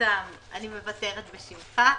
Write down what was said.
התנגדותם אני מוותרת בשמך.